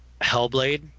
Hellblade